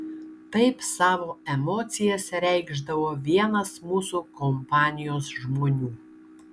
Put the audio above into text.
taip savo emocijas reikšdavo vienas mūsų kompanijos žmonių